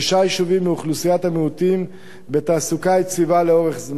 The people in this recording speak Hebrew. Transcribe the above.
יישובים מאוכלוסיית המיעוטים בתעסוקה יציבה לאורך זמן.